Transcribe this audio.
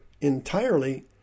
Entirely